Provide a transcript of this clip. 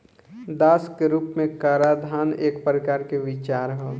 दास के रूप में कराधान एक प्रकार के विचार ह